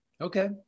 Okay